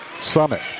Summit